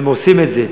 הם עושים את זה.